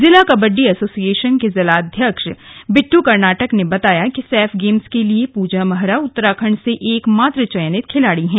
जिला कबड्डी एसोसिएशन के जिलाध्यक्ष बिद्द कर्नाटक ने बताया कि सैफ गेम्स के लिए प्रजा महरा उत्तराखंड से एक मात्र चयनित खिलाड़ी है